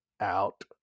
out